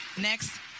Next